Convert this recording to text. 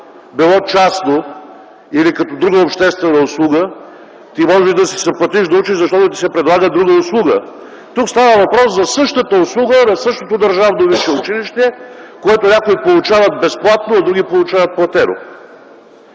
било частно или като друга обществена услуга, ти можеш да си заплатиш да учиш, защото ти се предлага друга услуга. Тук става въпрос за същата услуга на същото държавно висше училище, което някои получават безплатно, а други получават платено.